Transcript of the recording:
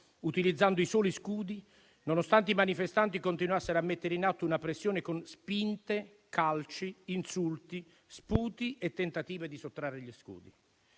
utilizzando i soli scudi, nonostante i manifestanti continuassero a mettere in atto una pressione con spinte, calci, insulti, sputi e tentativi di sottrarre gli scudi.